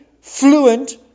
fluent